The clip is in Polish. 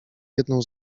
jedną